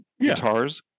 guitars